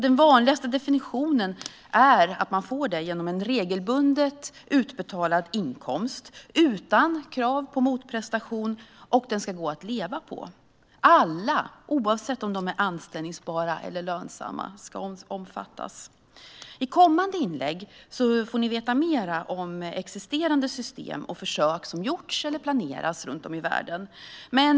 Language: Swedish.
Den vanligaste definitionen är att man får en regelbundet utbetalad inkomst, utan krav på motprestation, som det ska gå att leva på. Alla, oavsett om de är så kallat anställbara eller lönsamma, ska omfattas. I kommande inlägg kommer ni att få veta mer om existerande system och försök som gjorts eller planeras runt om i världen.